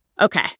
Okay